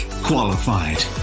qualified